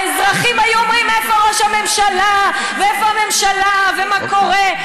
האזרחים היו אומרים: איפה ראש הממשלה ואיפה הממשלה ומה קורה?